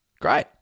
great